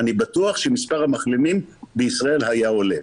אני בטוח שמספר המחלימים בישראל היה עולה.